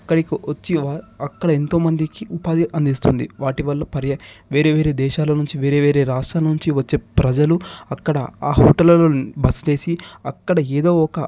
అక్కడికి వచ్చి అక్కడ ఎంతో మందికి ఉపాధి అందిస్తుంది వాటి వల్ల పర్యా వేరే వేరే దేశాల నుంచి వేరే వేరే రాష్ట్రాల నుంచి వచ్చే ప్రజలు అక్కడ ఆ హోటల్లలో బస చేసి అక్కడ ఏదో ఒక